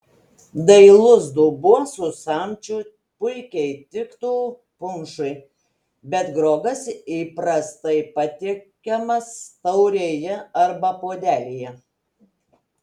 dailus dubuo su samčiu puikiai tiktų punšui bet grogas įprastai patiekiamas taurėje arba puodelyje